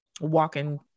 walking